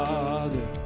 Father